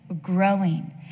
growing